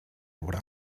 what